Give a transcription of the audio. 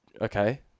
okay